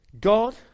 God